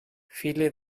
viele